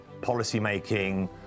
policymaking